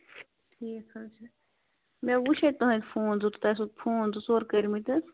ٹھیٖک حظ چھُ مےٚ وٕچھے تُہٕنٛدۍ فون زٕ تۄہہِ اوسوٕ فون زٕ ژور کٔرۍمِتۍ حظ